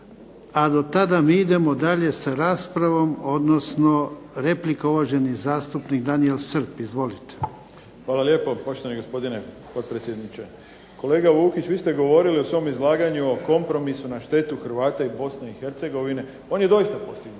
A dotada mi idemo dalje sa raspravom, odnosno replika uvaženi zastupnik Daniel Srb. Izvolite. **Srb, Daniel (HSP)** Hvala lijepo poštovani gospodine potpredsjedniče. Kolega Vukić vi ste govorili u svom izlaganju o kompromisu na štetu Hrvata iz BiH. On je doista postignut,